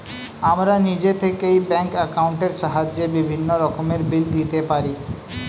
আমরা নিজে থেকেই ব্যাঙ্ক অ্যাকাউন্টের সাহায্যে বিভিন্ন রকমের বিল দিতে পারি